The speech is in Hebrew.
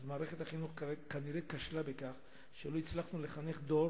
אז מערכת החינוך כנראה כשלה בכך שלא הצלחנו לחנך דור